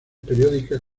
periódicas